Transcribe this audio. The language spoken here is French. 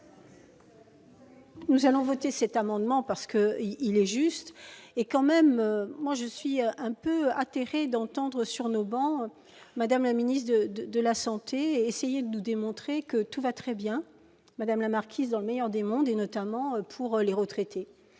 Nous voterons cet amendement, parce qu'il est juste. Je suis un peu atterrée d'entendre Mme la ministre de la santé essayer de nous démontrer que tout va très bien, madame la marquise, dans le meilleur des mondes, notamment pour les retraités.